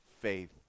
Faith